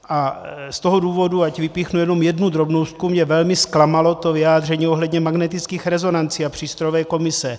Z toho důvodu, ať vypíchnu jenom jednu drobnůstku, mě velmi zklamalo vyjádření ohledně magnetických rezonancí a přístrojové komise.